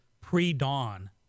pre-dawn